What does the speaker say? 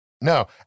No